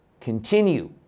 continue